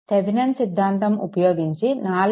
Thevenin సిద్దాంతం ఉపయోగించి 4